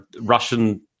Russian